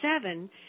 seven